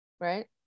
right